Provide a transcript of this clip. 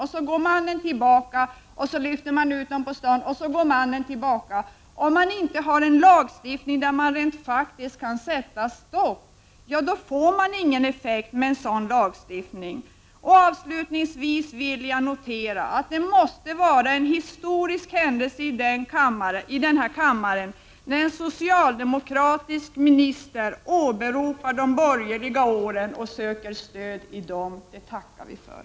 Sedan går mannen tillbaka till kvinnan och blir på nytt utlyft, osv. En lagstiftning som inte är sådan att man faktiskt kan sätta stopp för detta har ingen effekt. Avslutningsvis vill jag notera att det måste vara en historisk händelse i den här kammaren när en socialdemokratisk minister åberopar de borgerliga åren och söker stöd i dessa. Det tackar vi för.